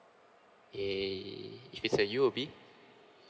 eh if it's a U_O_B